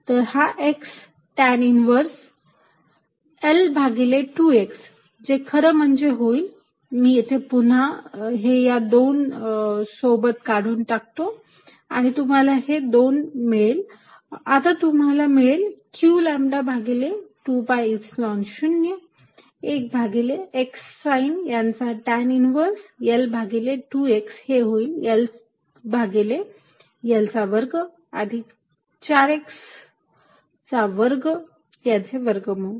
तर हा x sine tan inverse Lभागिले 2x जे खरं म्हणजे होईल मी पुन्हा येथे हे दोन या सोबत काढून टाकतो आणि तुम्हाला हे 2 मिळेल आता तुम्हाला मिळेल q लॅम्बडा भागिले 2 pi Epsilon 0 1 भागिले x साईन याचा टॅन इन्व्हर्स L भागिले 2x हे होईल L भागिले L चा वर्ग अधिक 4x चा वर्ग यांचे वर्गमूळ